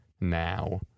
now